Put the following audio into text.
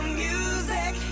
music